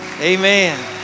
Amen